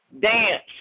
Dance